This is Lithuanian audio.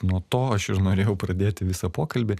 nuo to aš ir norėjau pradėti visą pokalbį